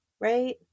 right